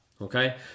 Okay